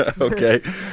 Okay